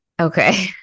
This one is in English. Okay